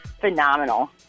phenomenal